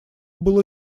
было